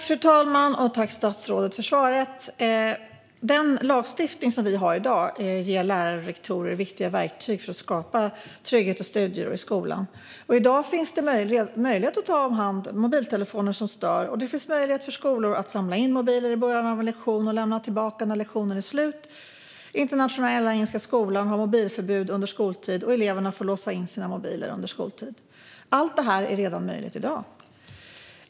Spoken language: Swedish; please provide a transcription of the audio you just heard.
Fru talman! Tack för svaret, statsrådet! Den lagstiftning vi har i dag ger lärare och rektorer viktiga verktyg för att skapa trygghet och studiero i skolan. I dag finns det möjlighet att ta om hand mobiltelefoner som stör, och det finns möjlighet för skolor att samla in mobiler i början av en lektion och lämna tillbaka dem när lektionen är slut. Internationella Engelska Skolan har mobilförbud under skoltid; där får eleverna låsa in sina mobiler under skoltid. Allt detta är redan möjligt i dag.